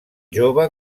jove